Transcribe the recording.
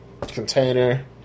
container